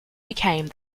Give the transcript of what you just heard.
became